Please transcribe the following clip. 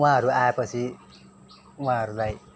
उहाँहरू आएपछि उहाँहरूलाई